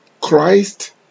Christ